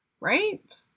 right